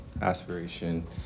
Aspiration